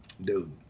Dude